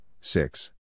six